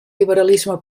liberalisme